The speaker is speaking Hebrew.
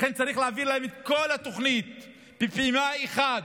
לכן צריך להביא להם את כל התוכנית בפעימה אחת,